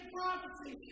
prophecy